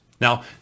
Now